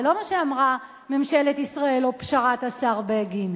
זה לא מה שאמרה ממשלת ישראל או פשרת השר בגין,